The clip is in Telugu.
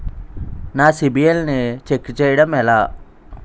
నా సిబిఐఎల్ ని ఛెక్ చేయడం ఎలా?